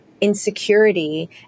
insecurity